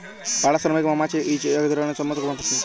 পাড়া শ্রমিক মমাছি হছে ইক ধরলের কম্মরত মমাছি